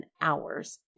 hours